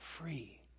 free